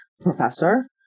professor